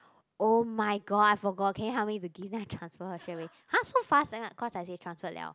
oh-my-god I forgot can you help me to give then I transfer her straightaway !huh! so fast then cause I say transferred liao